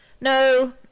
no